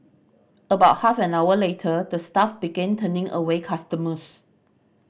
about half an hour later the staff begin turning away customers